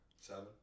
Seven